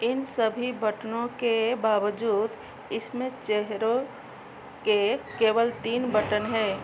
इन सभी बटनों के बावजूद इसमें चेहरों के केवल तीन बटन हैं